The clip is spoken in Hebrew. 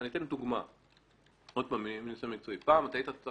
אתן דוגמה שוב מניסיוני המקצועי: פעם היית בא